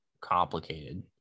complicated